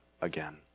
again